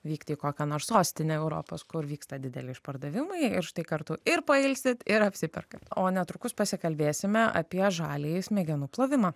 vykti į kokią nors sostinę europos kur vyksta dideli išpardavimai ir štai kartu ir pailsit ir apsiperkat o netrukus pasikalbėsime apie žaliąjį smegenų plovimą